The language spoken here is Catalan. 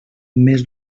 més